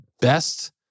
best